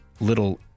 little